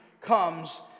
comes